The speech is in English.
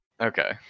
Okay